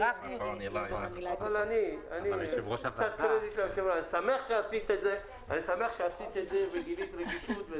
אני שמח שעשית את זה וגילית רגישות,